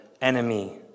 enemy